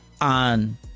on